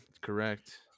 Correct